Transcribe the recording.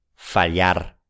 Fallar